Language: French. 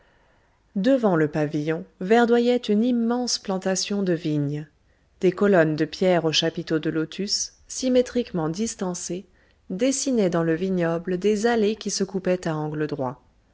devant le pavillon verdoyait une immense plantation de vignes des colonnes de pierre aux chapiteaux de lotus symétriquement distancées dessinaient dans le vignoble des allées qui se coupaient à angle droit